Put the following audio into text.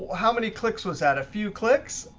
how many clicks was that? a few clicks?